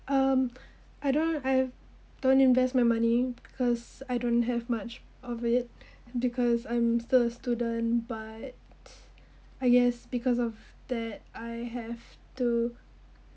um I don't I don't invest my money because I don't have much of it and because I'm still a student but I guess because of that I have to